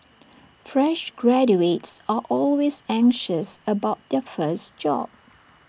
fresh graduates are always anxious about their first job